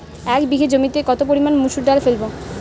এক বিঘে জমিতে কত পরিমান মুসুর ডাল ফেলবো?